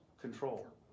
control